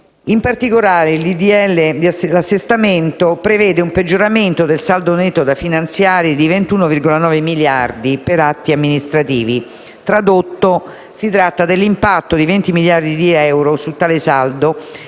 in particolare, prevede un peggioramento del saldo netto da finanziare di 21,9 miliardi per atti amministrativi. Tradotto, si tratta dell'impatto di 20 miliardi di euro su tale saldo